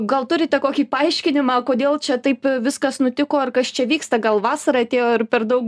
gal turite kokį paaiškinimą kodėl čia taip viskas nutiko ar kas čia vyksta gal vasara atėjo ir per daug